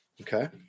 Okay